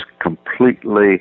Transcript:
completely